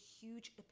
huge